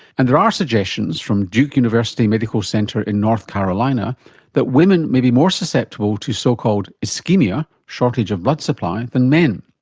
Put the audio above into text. and there are suggestions from duke university medical center in north carolina that women may be more susceptible to so called ischemia shortage of blood supply than men.